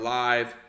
live